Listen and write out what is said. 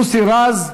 מוסי רז,